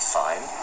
fine